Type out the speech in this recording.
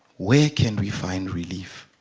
we can we find relief